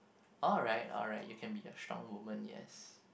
alright alright you can be a strong woman yes